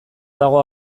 dago